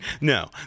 no